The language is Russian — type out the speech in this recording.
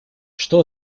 что